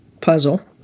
puzzle